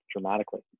dramatically